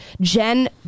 Jen